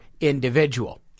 individual